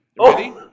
Ready